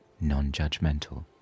non-judgmental